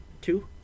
two